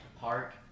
park